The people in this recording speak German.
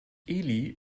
elli